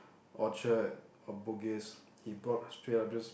Orchard or Bugis he bought straight up just